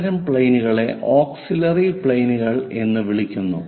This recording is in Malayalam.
അത്തരം പ്ലെയിനുകളെ ഓക്സിലിയറി പ്ലെയിനുകൾ എന്ന് വിളിക്കുന്നു